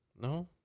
No